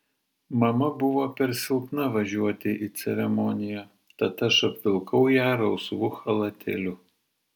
mama buvo per silpna važiuoti į ceremoniją tad aš apvilkau ją rausvu chalatėliu